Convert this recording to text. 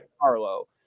Carlo